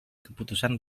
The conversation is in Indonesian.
keputusan